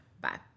Bye